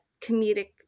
comedic